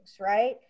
right